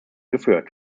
geführt